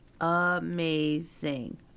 amazing